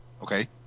Okay